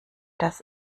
das